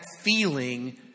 feeling